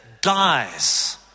dies